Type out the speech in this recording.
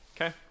okay